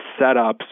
setups